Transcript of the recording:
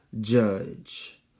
judge